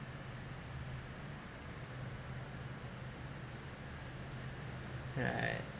yeah right